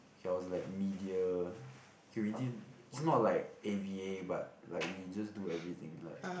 K I was like media K we didn't it's not like a_v_a but like we just do everything like